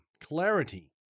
clarity